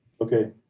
okay